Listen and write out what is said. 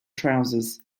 trousers